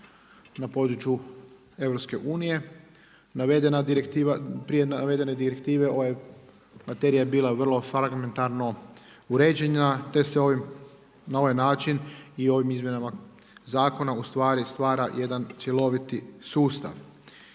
na području EU. Prije navedene direktive ova materija je bila vrlo fragmentarno uređena te se na ovaj način i ovim izmjenama zakona stvara jedan cjeloviti sustav.